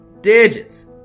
Digits